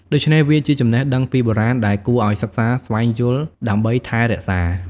ដូច្នេះវាជាចំណេះដឹងពីបុរាណដែលគួរឲ្យសិក្សាស្វែងយល់ដើម្បីថែរក្សា។